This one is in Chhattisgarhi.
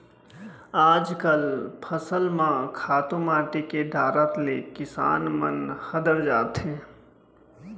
आजकल फसल म खातू माटी के डारत ले किसान मन हदर जाथें